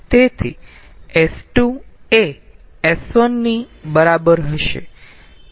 તેથી s2 એ s1 ની બરાબર હશે